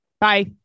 Bye